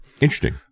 Interesting